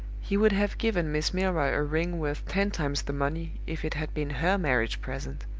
he would have given miss milroy a ring worth ten times the money, if it had been her marriage present.